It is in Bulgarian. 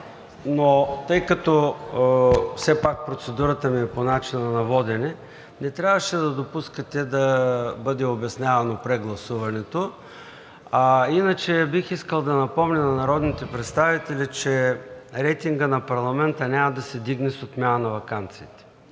но тъй като все пак процедурата ми е по начина на водене – не трябваше да допускате да бъде обяснявано прегласуването. Иначе бих искал да напомня на народните представители, че рейтингът на парламента няма да се вдигне с отмяната на ваканцията.